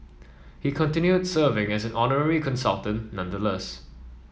he continued serving as an honorary consultant nonetheless